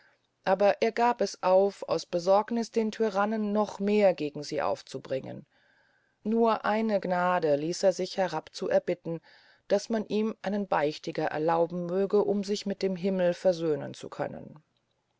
aber er gab es auf aus besorgniß den tyrannen noch mehr gegen sie aufzubringen nur eine gnade ließ er sich herab zu erbitten daß man ihm einen beichtiger erlauben möge um sich mit dem himmel versöhnen zu können